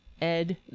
Ed